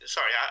Sorry